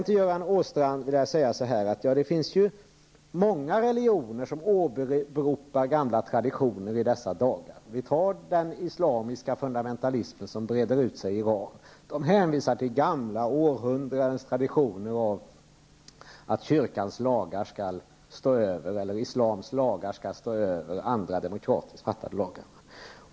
Till Göran Åstrand vill jag säga att det finns många religioner som åberopar gamla traditioner i dessa dagar, exempelvis den islamiska fundamentalismen som breder ut sig i Iran. Man hänvisar till gamla århundrandens traditioner av att islams lagar skall stå över demokratiskt fattade lagar.